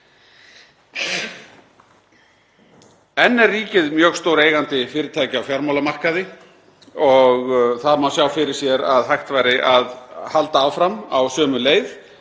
Enn er ríkið mjög stór eigandi fyrirtækja á fjármálamarkaði. Það má sjá fyrir sér að hægt væri að halda áfram á sömu leið,